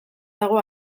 dago